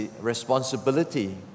responsibility